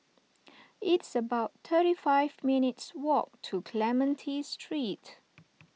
it's about thirty five minutes' walk to Clementi Street